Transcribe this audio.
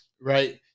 right